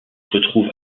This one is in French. retrouve